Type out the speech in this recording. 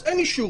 אז אין אישור.